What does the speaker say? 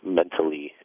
mentally